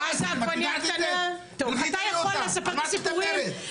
לכי תראי אותם.